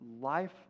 life